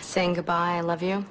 saying good bye